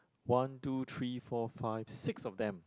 one two three four five six of them